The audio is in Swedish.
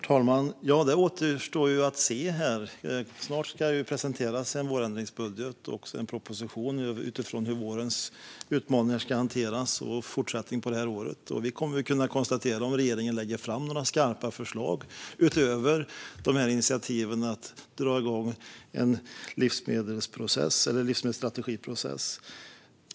Herr talman! Det återstår att se. Snart ska det ju presenteras en vårändringsbudget och en proposition om hur vårens utmaningar ska hanteras och om fortsättningen av året. Vi kommer att kunna konstatera om regeringen lägger fram några skarpa förslag utöver initiativen att dra igång en livsmedelsstrategiprocess.